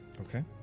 Okay